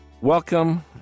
Welcome